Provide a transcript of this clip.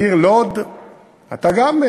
בעיר לוד אתה גם,